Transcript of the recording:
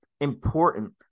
important